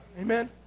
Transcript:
Amen